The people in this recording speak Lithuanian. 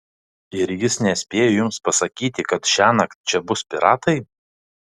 ir jis nespėjo jums pasakyti kad šiąnakt čia bus piratai